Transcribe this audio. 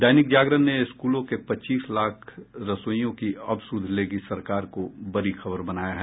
दैनिक जागरण ने स्कूलों के पच्चीस लाख रसोईयों की अब सुध लेगी सरकार को बड़ी खबर बनाया है